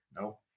No